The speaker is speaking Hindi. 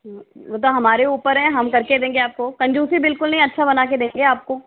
वो तो हमारे ऊपर है हम कर के देंगे आपको कंजूसी बिल्कुल नहीं अच्छा बना के देंगे आपको